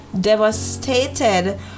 devastated